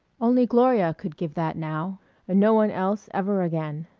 only gloria could give that now and no one else ever again.